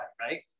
right